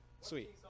Sweet